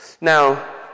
Now